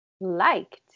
liked